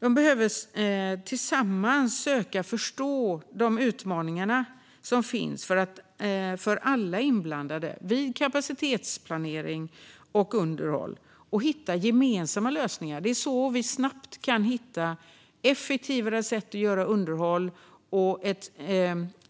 De behöver tillsammans försöka förstå de utmaningar som finns för alla inblandade vid kapacitetsplanering och underhåll och hitta gemensamma lösningar. Det är så som vi snabbt kan hitta effektivare sätt att bedriva underhåll och